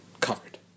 covered